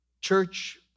Church